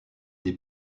des